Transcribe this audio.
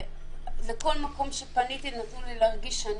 בכל מקום שפניתי נתנו לי להרגיש שאני